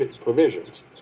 provisions